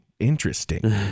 interesting